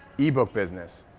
yeah e-book business,